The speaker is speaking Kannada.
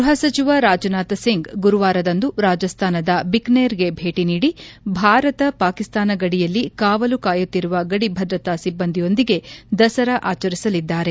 ಗ್ಗಪ ಸಚಿವ ರಾಜನಾಥ್ ಸಿಂಗ್ ಗುರುವಾರದಂದು ರಾಜಸ್ತಾನದ ಬಿಕನೇರ್ಗೆ ಭೇಟಿ ನೀಡಿ ಭಾರತ ಪಾಕಿಸ್ತಾನ ಗಡಿಯಲ್ಲಿ ಕಾವಲು ಕಾಯುತ್ತಿರುವ ಗಡಿ ಭದ್ರತಾ ಸಿಬ್ಲಂದಿಯೊಂದಿಗೆ ದಸರಾ ಆಚರಿಸಲಿದ್ದಾರೆ